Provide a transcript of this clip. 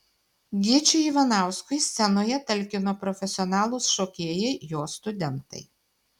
gyčiui ivanauskui scenoje talkino profesionalūs šokėjai jo studentai